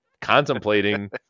contemplating